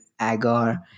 Agar